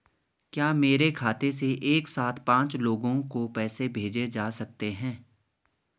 क्या मेरे खाते से एक साथ पांच लोगों को पैसे भेजे जा सकते हैं?